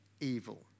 evil